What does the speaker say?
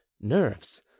nerves